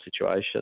situation